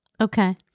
Okay